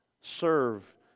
serve